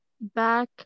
back